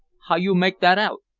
how you make that out?